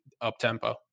up-tempo